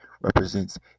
represents